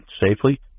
safely